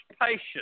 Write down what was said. patience